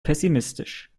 pessimistisch